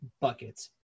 buckets